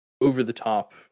over-the-top